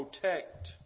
protect